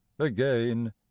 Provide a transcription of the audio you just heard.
Again